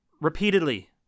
Repeatedly